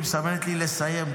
והיא מסמנת לי לסיים.